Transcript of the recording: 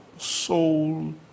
soul